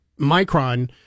Micron